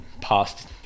past